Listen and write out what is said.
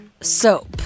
soap